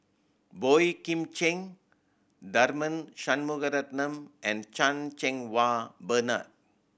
Boey Kim Cheng Tharman Shanmugaratnam and Chan Cheng Wah Bernard